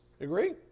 Agree